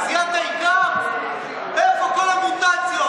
"זיהה את העיקר" מאיפה כל המוטציות?